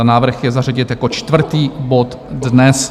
Návrh je zařadit ho jako čtvrtý bod dnes.